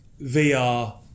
VR